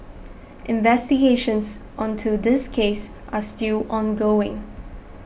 investigations onto this case are still ongoing